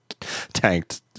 tanked